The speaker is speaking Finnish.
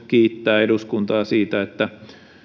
kiittää eduskuntaa siitä että